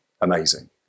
amazing